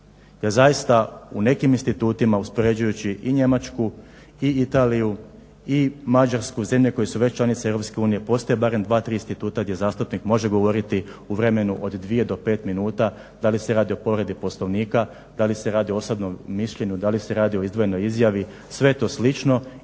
jer zaista u nekim institutima uspoređujući i Njemačku i Italiju i Mađarsku, zemlje koje su već članice Europske unije, postoje barem dva tri instituta gdje zastupnik može govoriti u vremenu od dvije do pet minuta da li se radi o povredi Poslovnika, da li se radi o osobnom mišljenju, da li se radi o izdvojenoj izjavi, sve je to slično.